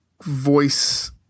voice